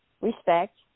Respect